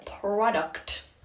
product